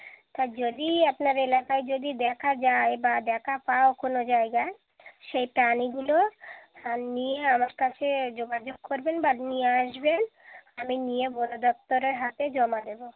তা যদি আপনার এলাকায় যদি দেখা যায় বা দেখা পাও কোনো জায়গায় সেই প্রাণীগুলো আর নিয়ে আমার কাছে যোগাযোগ করবেন বা নিয়ে আসবেন আমি নিয়ে বন দপ্তরের হাতে জমা দেবো